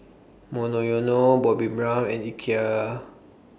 Monoyono Bobbi Brown and Ikea